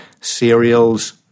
cereals